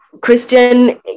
Christian